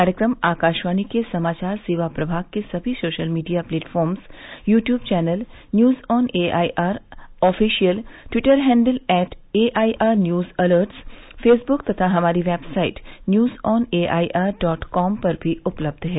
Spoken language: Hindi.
कार्यक्रम आकाशवाणी के समाचार सेवा प्रभाग के सभी social media platforms YouTube channel news on A I R official Twitter handle at A I R news alerts Facebook तथा हमारी website news on A I R dot com पर भी उपलब्ध है